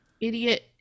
idiot